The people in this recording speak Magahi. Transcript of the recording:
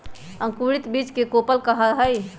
अंकुरित बीज के कोपल कहा हई